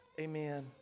Amen